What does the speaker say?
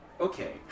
Okay